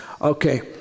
Okay